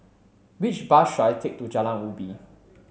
which bus should I take to Jalan Ubi